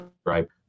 stripe